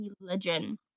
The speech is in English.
religion